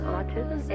Autism